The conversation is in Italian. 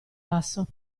basso